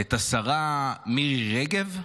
את השרה מירי רגב?